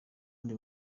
ndi